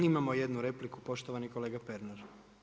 Imamo jednu repliku poštovani kolega Pernar.